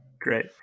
Great